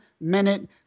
minute